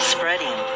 Spreading